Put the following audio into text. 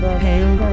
pale